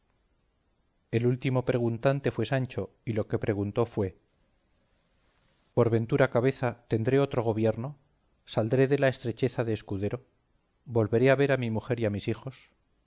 el último preguntante fue sancho y lo que preguntó fue por ventura cabeza tendré otro gobierno saldré de la estrecheza de escudero volveré a ver a mi mujer y a mis hijos